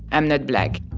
i'm not black.